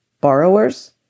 borrowers